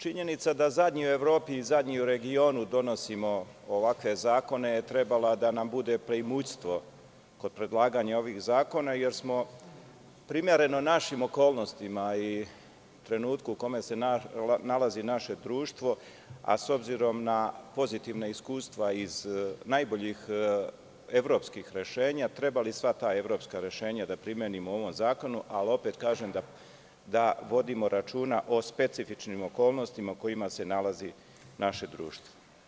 Činjenica da zadnji u Evropi i zadnji u regionu donosimo ovakve zakone, trebala je da nam bude preimućstvo kod predlaganja ovih zakona jer smo primereno našim okolnostima i trenutku u kome se nalazi naše društvo, a s obzirom na pozitivna iskustva iz najboljih evropskih rešenja, trebali sva ta evropska rešenja da primenimo u ovom zakonu, ali opet kažem da vodimo računa o specifičnim okolnostima u kojima se nalazi naše društvo.